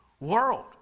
world